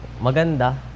maganda